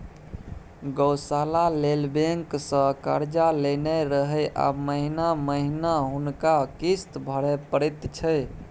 गौशाला लेल बैंकसँ कर्जा लेने रहय आब महिना महिना हुनका किस्त भरय परैत छै